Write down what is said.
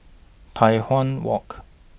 Tai Hwan Walk